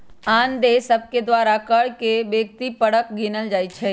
आन देश सभके द्वारा कर के व्यक्ति परक गिनल जाइ छइ